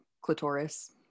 clitoris